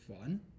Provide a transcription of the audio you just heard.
fun